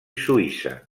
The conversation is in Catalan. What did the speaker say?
suïssa